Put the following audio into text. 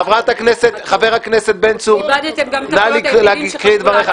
חבר הכנסת בן צור --- איבדתם גם את הקולות הבודדים שהצביעו לכם.